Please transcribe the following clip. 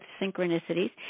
synchronicities